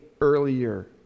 earlier